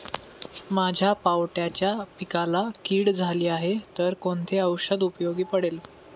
माझ्या पावट्याच्या पिकाला कीड झाली आहे तर कोणते औषध उपयोगी पडेल?